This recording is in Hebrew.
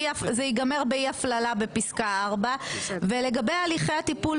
זה ייגמר באי הפללה בפסקה 4. ולגבי הליכי הטיפול